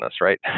right